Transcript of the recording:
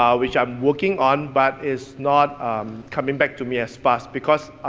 um which i'm working on, but it's not coming back to me as fast, because.